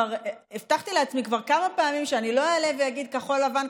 אני הבטחתי לעצמי כבר כמה פעמים שאני לא אעלה ואגיד: כחול לבן,